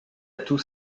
tous